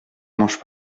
mange